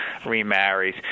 remarries